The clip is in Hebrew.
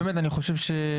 בבקשה.